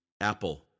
Apple